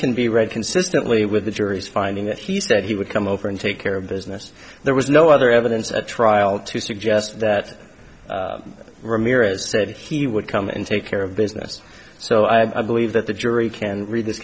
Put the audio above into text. can be read consistently with the jury's finding that he said he would come over and take care of business there was no other evidence at trial to suggest that ramirez said he would come and take care of business so i believe that the jury can read this